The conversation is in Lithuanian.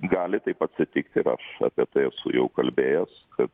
gali taip atsitikti ir aš apie tai esu jau kalbėjosi kad